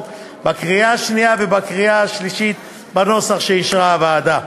בקריאה שנייה ובקריאה שלישית בנוסח שאישרה הוועדה.